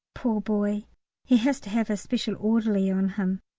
poor boy he has to have a special orderly on him.